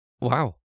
Wow